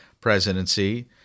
presidency